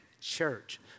church